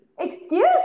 Excuse